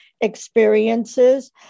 experiences